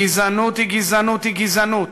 גזענות היא גזענות היא גזענות,